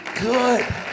good